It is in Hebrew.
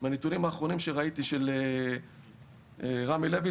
מהנתונים האחרונים שראיתי של רמי לוי,